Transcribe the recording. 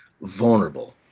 vulnerable